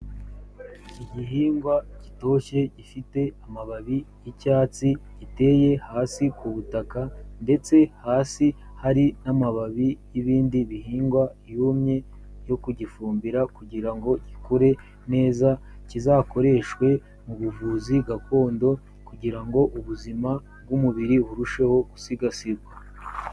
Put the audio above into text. Igihingwa gitoshye gifite amababi y'icyatsi, giteye hasi ku butaka ndetse hasi hari n'amababi y'ibindi bihingwa yumye yo kugifumbira kugira ngo gikure neza, kizakoreshwe mu buvuzi gakondo kugira ngo ubuzima bw'umubiri burusheho gusigasirwa.